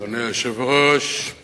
אי-אמון בממשלה בשל